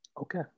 Okay